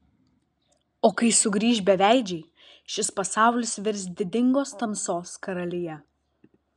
o kai sugrįš beveidžiai šis pasaulis virs didingos tamsos karalija